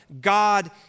God